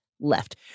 left